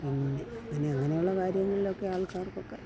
പിന്നെ അങ്ങനെ അങ്ങനെയുള്ള കാര്യങ്ങളിലൊക്കെ ആൾക്കാർക്കൊക്കെ